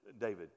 David